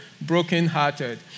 brokenhearted